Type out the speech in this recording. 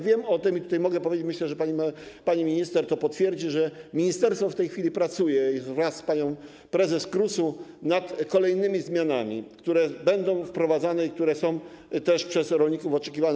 Wiem o tym i mogę powiedzieć - myślę, że pani minister to potwierdzi - że ministerstwo w tej chwili pracuje wraz z panią prezes KRUS nad kolejnymi zmianami, które będą wprowadzane i które też są przez rolników oczekiwane.